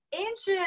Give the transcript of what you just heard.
inches